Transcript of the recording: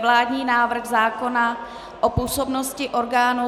Vládní návrh zákona o působnosti orgánů